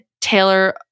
Taylor